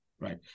right